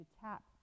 tap